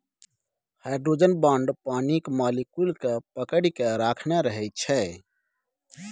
hydrogen bond पानिक molecule केँ पकरि केँ राखने रहै छै